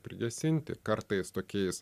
prigesinti kartais tokiais